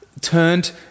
Turned